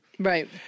Right